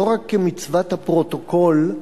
לא רק כמצוות הפרוטוקול,